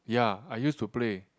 ya I used to play